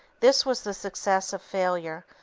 this was the success of failure,